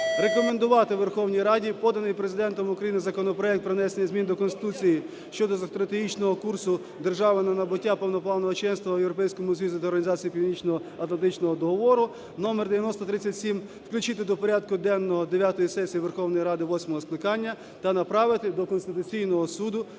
рекомендувати Верховній Раді поданий Президентом України законопроект про внесення змін до Конституції (щодо стратегічного курсу держави на набуття повноправного членства в Європейському Союзі та в Організації Північноатлантичного договору) (№ 9037) включити до порядку денного дев'ятої сесії Верховної Ради восьмого скликання та направити до Конституційного Суду